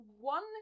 one